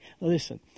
Listen